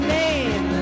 name